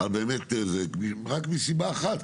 רק מסיבה אחת,